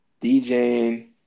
DJing